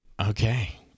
Okay